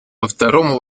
второму